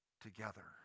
together